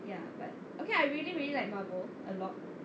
ya but okay I really really like marvel a lot